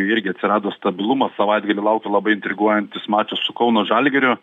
irgi atsirado stabilumas savaitgalį laukia labai intriguojantis mačas su kauno žalgiriu